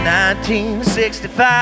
1965